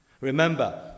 Remember